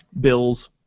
bills